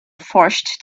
forced